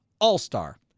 all-star